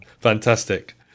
fantastic